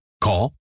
Call